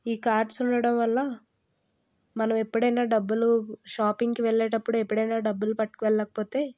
ఈ కార్డ్స్ ఉండడం వల్ల మనం ఎప్పుడైనా డబ్బులు షాపింగ్కి వెళ్ళేటప్పుడు ఎప్పుడైనా డబ్బులు పట్టుకవెళ్ళకపోతే